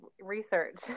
research